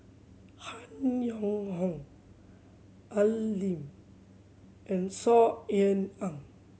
Han Yong Hong Al Lim and Saw Ean Ang